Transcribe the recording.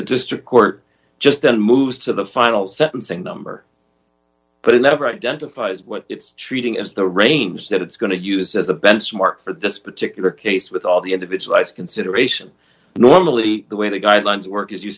the district court just then moves to the final sentencing number but it never identifies what it's treating as the range that it's going to use as a benchmark for this particular case with all the individualized consideration normally the way the guidelines work as you